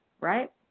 right